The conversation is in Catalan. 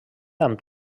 amb